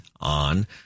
on